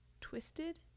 twisted